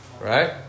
right